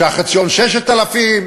שהחציון 6,000,